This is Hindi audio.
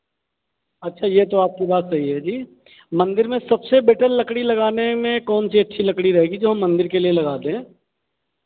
अच्छा ये तो आपकी बात सही है जी मंदिर में सबसे बेटर लकड़ी लगाने में कौन सी अच्छी लकड़ी रहेगी जो हम मन्दिर के लिए लगा दें